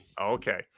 Okay